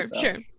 sure